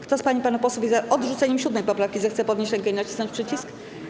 Kto z pań i panów posłów jest za odrzuceniem 7. poprawki, zechce podnieść rękę i nacisnąć przycisk.